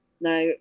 Now